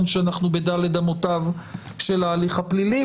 שאנחנו בדלת אמותיו של ההליך הפלילי,